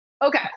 Okay